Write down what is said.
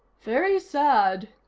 very sad,